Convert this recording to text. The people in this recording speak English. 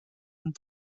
and